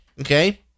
okay